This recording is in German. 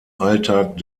alltag